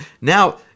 now